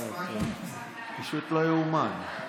פשוט לא ייאמן.